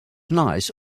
nice